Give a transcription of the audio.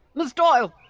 ms doyle,